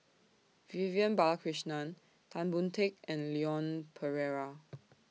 Vivian Balakrishnan Tan Boon Teik and Leon Perera